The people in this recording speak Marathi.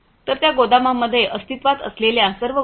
तर त्या गोदामांमध्ये अस्तित्त्वात असलेल्या सर्व गोष्टी